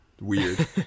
weird